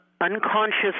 unconscious